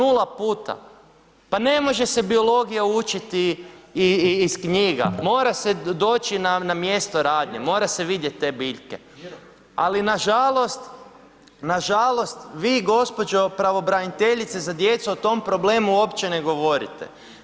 0 puta, pa ne može se biologija učiti iz knjiga, mora se doći na mjesto radnje, mora se vidjeti te biljke, ali nažalost, nažalost vi gospođo pravobraniteljice za djecu o tom problemu uopće ne govorite.